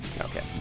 Okay